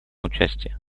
участие